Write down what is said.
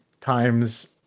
times